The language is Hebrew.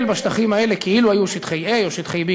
בשטחים האלה כאילו היו שטחי A או שטחי B,